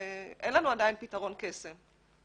ואין לנו עדיין פתרון קסם.